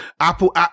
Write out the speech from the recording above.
Apple